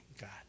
God